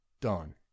Done